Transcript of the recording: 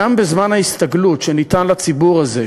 גם בזמן ההסתגלות שניתן לציבור הזה,